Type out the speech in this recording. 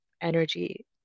energy